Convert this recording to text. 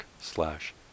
slash